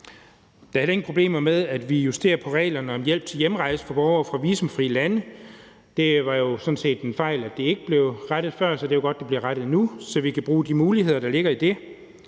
Der er heller ingen problemer med, at vi justerer på reglerne om hjælp til hjemrejse for borgere fra visumfri lande. Det var jo sådan set en fejl, at det ikke blev rettet før, så det er godt, at det bliver rettet nu, så vi kan bruge de muligheder, der ligger i det.